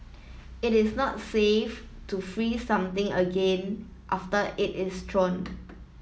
it is not safe to freeze something again after it is thawed